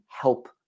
help